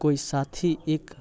कोइ साथी एक